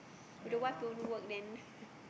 if wife don't work then